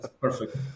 perfect